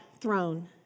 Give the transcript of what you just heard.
throne